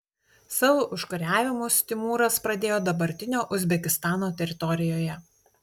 savo užkariavimus timūras pradėjo dabartinio uzbekistano teritorijoje